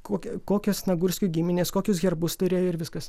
kokią kokios nagurskių giminės kokius herbus turėjo ir viskas